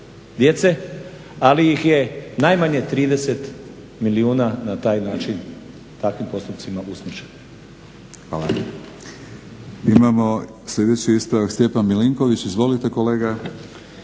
ali ih je najmanje 30 milijuna na taj način takvim postupcima usmrćeno.